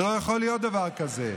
זה לא יכול להיות דבר כזה.